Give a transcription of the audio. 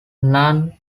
non